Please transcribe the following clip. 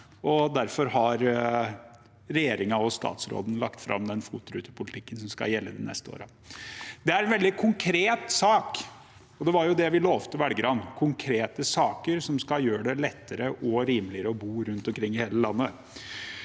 Derfor har regjeringen og statsråden lagt fram den FOT-rutepolitikken som skal gjelde de neste årene. Det er en veldig konkret sak, og det var det vi lovte velgerne: konkrete saker som skal gjøre det lettere og rimeligere å bo rundt omkring i hele landet.